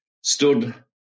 stood